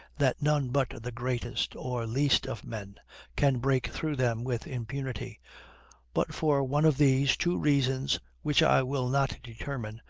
that none but the greatest or least of men can break through them with impunity but for one of these two reasons, which i will not determine,